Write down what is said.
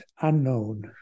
unknown